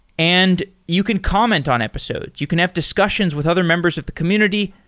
and you can comment on episodes. you can have discussions with other members of the community.